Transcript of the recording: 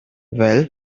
well